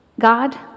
god